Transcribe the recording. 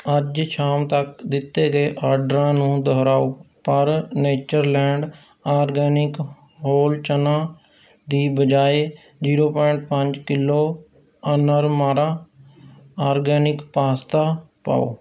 ਅੱਜ ਸ਼ਾਮ ਤੱਕ ਦਿੱਤੇ ਗਏ ਆਰਡਰਾਂ ਨੂੰ ਦੁਹਰਾਓ ਪਰ ਨੇਚਰਲੈਂਡ ਆਰਗੈਨਿਕ ਹੋਲ ਚਨਾ ਦੀ ਬਜਾਏ ਜ਼ੀਰੋ ਪੁਆਇੰਟ ਪੰਜ ਕਿੱਲੋ ਅਨਰਮਾਦਾ ਆਰਗੈਨਿਕ ਪਾਸਤਾ ਪਾਓ